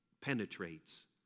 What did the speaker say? penetrates